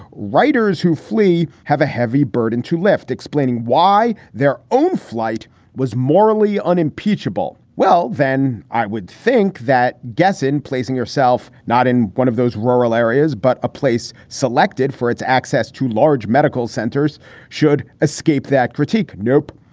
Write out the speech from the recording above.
writers who flee have a heavy burden to lift, explaining why their own flight was morally unimpeachable. well, then, i would think that guessin placing herself not in one of those rural areas, but a place selected for its access to large medical centers should escape that critique. nope.